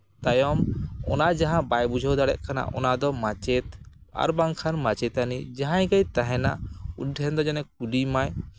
ᱛᱟᱭᱚᱢ ᱚᱱᱟ ᱡᱟᱦᱟᱸ ᱵᱟᱭ ᱵᱩᱡᱷᱟᱹᱣ ᱫᱟᱲᱮᱭᱟᱜ ᱠᱟᱱᱟ ᱚᱱᱟ ᱫᱚ ᱢᱟᱪᱮᱫ ᱟᱨ ᱵᱟᱝᱠᱷᱟᱱ ᱢᱟᱪᱮᱛᱟᱱᱤ ᱡᱟᱦᱟᱸᱭ ᱜᱮᱭ ᱛᱟᱦᱮᱱᱟ ᱩᱱᱤ ᱴᱷᱮᱱ ᱫᱚ ᱡᱮᱱᱚᱭ ᱠᱩᱞᱤᱭᱮᱢᱟᱭ